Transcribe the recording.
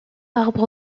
arbre